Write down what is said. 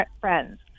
friends